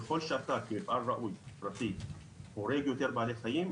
ככל שאתה כמפעל ראוי פרטי הורג יותר בעלי חיים,